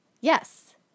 Yes